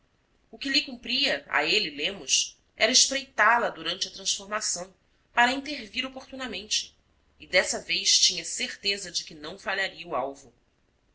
o que lhe cumpria a ele lemos era espreitá la durante a transformação para intervir oportunamente e dessa vez tinha certeza de que não falharia o alvo